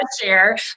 share